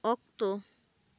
ᱚᱠᱛᱚ